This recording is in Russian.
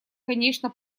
конечно